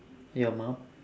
your mum